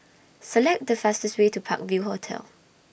Select The fastest Way to Park View Hotel